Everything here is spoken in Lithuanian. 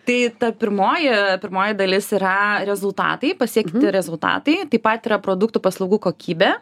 tai ta pirmoji pirmoji dalis yra rezultatai pasiekti rezultatai taip pat yra produktų paslaugų kokybė